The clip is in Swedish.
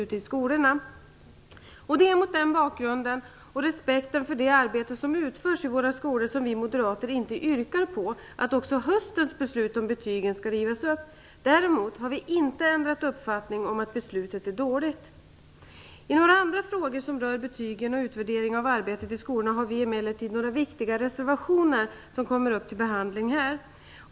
Det är mot den bakgrunden och med respekt för det arbete som utförs i våra skolor som vi moderater inte yrkar på att också höstens beslut om betygen skall rivas upp. Däremot har vi inte ändrat uppfattning om att beslutet är dåligt. I några andra frågor som rör betygen och utvärdering av arbetet i skolorna har vi emellertid några viktiga reservationer som här kommer upp till behandling.